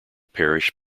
parish